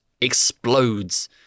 explodes